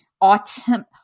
autumn